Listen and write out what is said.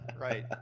right